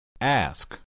Ask